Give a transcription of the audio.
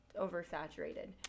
oversaturated